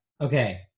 Okay